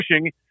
pushing